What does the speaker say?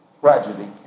Tragedy